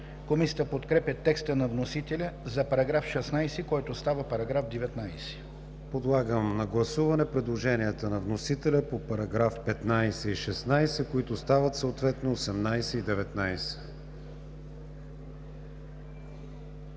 Комисията подкрепя текста на вносителя за § 16, който става § 19. Подлагам на гласуване предложенията на вносителя по параграфи 15 и 16, които стават съответно 18 и 19.